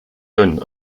dünn